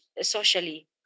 socially